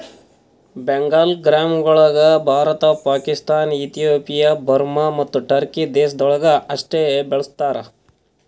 ಬೆಂಗಾಲ್ ಗ್ರಾಂಗೊಳ್ Bharat, Pakistan, Ethiopia, Burma ಮತ್ತ Turkey ದೇಶಗೊಳ್ದಾಗ್ ಅಷ್ಟೆ ಬೆಳುಸ್ತಾರ್